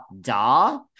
Duh